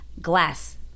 glass